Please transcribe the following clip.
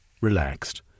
relaxed